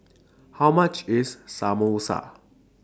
How much IS Samosa